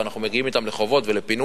ואנחנו מגיעים אתם לחובות ולפינויים,